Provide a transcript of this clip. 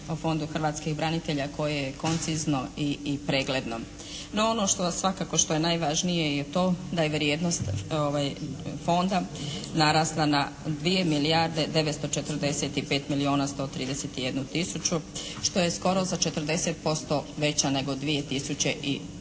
o Fondu hrvatskih branitelji koje je koncizno i pregledno. No ono što vas svakako, što je najvažnije je to da je vrijednost Fonda narasla na 2 milijarde 945 milijuna 131 tisuću što je skoro za 40% veća nego 2005.